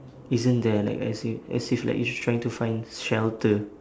isn't there like as if as if like you trying to find shelter